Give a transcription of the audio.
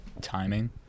timing